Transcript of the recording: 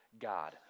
God